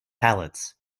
pallets